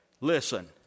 listen